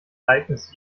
ereignisse